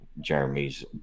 Jeremy's